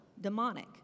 demonic